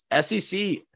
SEC